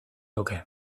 nuke